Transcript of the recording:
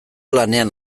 lanean